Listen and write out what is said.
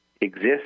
exist